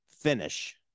finish